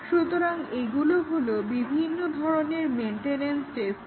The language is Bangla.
সুতরাং এগুলো হলো বিভিন্ন ধরনের মেন্টেনেন্স টেস্টিং